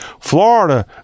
Florida